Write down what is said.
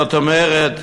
זאת אומרת,